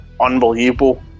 unbelievable